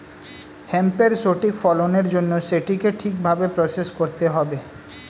হেম্পের সঠিক ফলনের জন্য সেটিকে ঠিক ভাবে প্রসেস করতে হবে